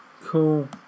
cool